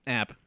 app